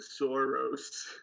Soros